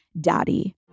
daddy